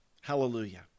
Hallelujah